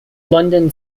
london